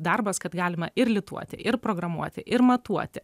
darbas kad galima ir lituoti ir programuoti ir matuoti